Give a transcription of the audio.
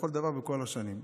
בכל דבר ובכל השנים.